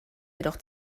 jedoch